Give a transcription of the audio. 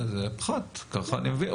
זה פחת, ככה אני מבין.